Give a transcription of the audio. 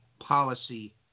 policy